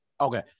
Okay